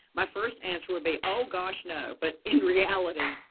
my first answer would be, oh gosh, no. but in reality,